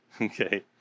okay